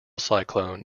cyclone